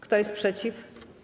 Kto jest przeciw?